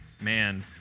Man